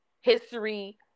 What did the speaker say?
History